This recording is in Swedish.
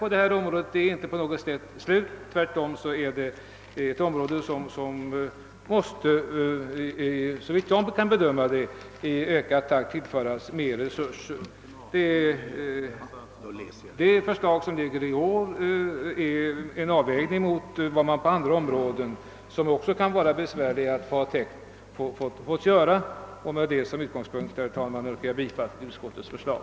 Förstärkningen av resurserna är alltså inte på något sätt slutgiltigt genomförd utan måste, såvitt jag kan bedöma, tvärtom fortgå i ökad takt. Det föreliggande förslaget bygger alltså på en avvägning i förhållande till andra områden, som också kan vara svåra att täcka, och från den utgångspunkten yrkar jag bifall till utskottets förslag.